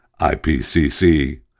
IPCC